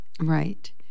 Right